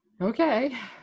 Okay